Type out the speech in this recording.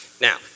Now